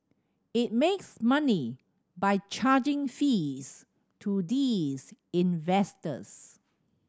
it makes money by charging fees to these investors